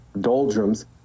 doldrums